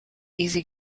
easy